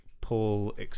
Paul